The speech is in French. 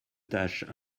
tâches